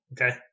Okay